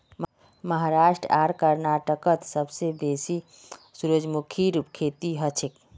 महाराष्ट्र आर कर्नाटकत सबसे बेसी सूरजमुखीर खेती हछेक